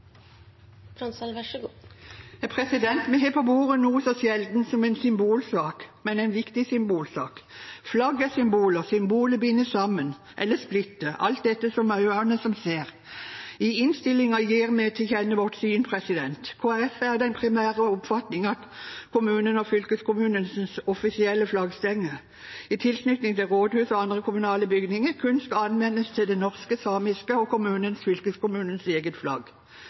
Vi har på bordet noe så sjelden som en symbolsak, men en viktig symbolsak. Flagg er symbol, og symbolet binder sammen eller splitter, alt etter øynene som ser. I innstillingen gir vi til kjenne vårt syn. Kristelig Folkeparti er av den primære oppfatning at kommunene og fylkeskommunenes offisielle flaggstenger i tilknytning til rådhus og andre kommunale bygninger kun skal anvendes til det norske, samiske og kommunens/fylkeskommunens eget flagg.